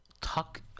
talk